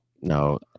No